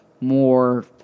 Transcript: more